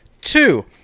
Two